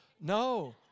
No